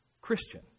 Christian